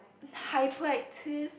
hyperactive